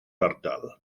ardal